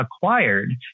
acquired